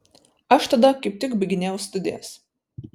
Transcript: aš tada kaip tik baiginėjau studijas